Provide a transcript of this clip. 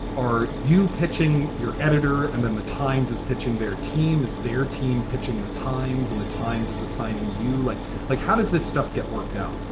are you pitching your editor? and then the times is pitching their team as their team, pitching the times and the times is assigning you like like how does this stuff get worked out?